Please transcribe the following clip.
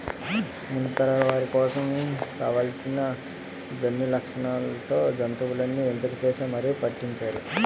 ముందు తరాల వారి కోసం కావాల్సిన జన్యులక్షణాలతో జంతువుల్ని ఎంపిక చేసి మరీ పుట్టిస్తున్నారు